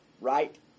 right